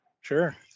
Sure